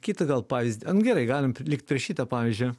kitą gal pavyzd a nu gerai galim p likt prieš šito pavyzdžio